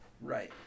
Right